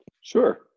Sure